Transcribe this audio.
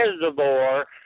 reservoir